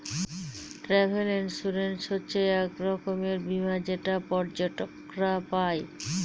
travel insurance হচ্ছে এক রকমের বীমা যেটা পর্যটকরা পাই